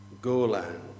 Golan